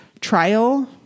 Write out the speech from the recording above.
trial